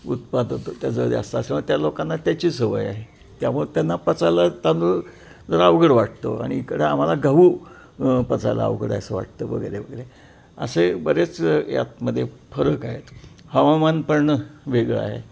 उत्पादन त्याचं जास्त असल्यामुळे त्या लोकांना त्याची सवय आहे त्यामुळे त्यांना पचायला तांदूळ जरा अवघड वाटतो आणि इकडं आम्हाला गहू पचायला अवघड आहे असं वाटतं वगैरे वगैरे असे बरेच यातमध्ये फरक आहेत हवामान पण वेगळं आहे